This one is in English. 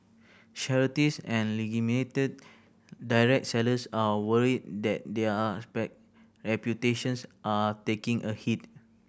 charities and direct sellers are worried that their reputations are taking a hit